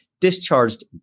discharged